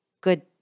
good